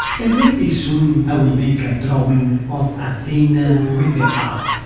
and maybe soon i will make a drawing of athena with the owl.